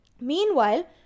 Meanwhile